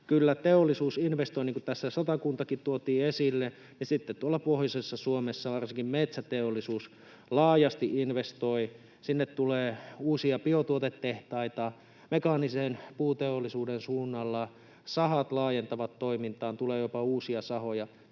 teollisuus investoi, niin kuin tässä Satakuntakin tuotiin esille, ja sitten tuolla pohjoisessa Suomessa varsinkin metsäteollisuus laajasti investoi. Sinne tulee uusia biotuotetehtaita, mekaanisen puuteollisuuden suunnalla sahat laajentavat toimintaa, tulee jopa uusia sahoja.